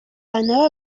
anava